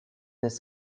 his